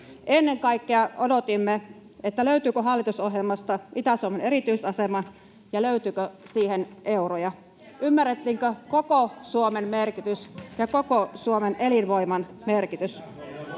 Ennen kaikkea odotimme, löytyykö hallitusohjelmasta Itä-Suomen erityisasema ja löytyykö siihen euroja. Ymmärrettiinkö koko Suomen merkitys ja koko Suomen elinvoiman merkitys?